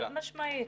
חד-משמעית.